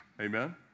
Amen